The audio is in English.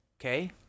okay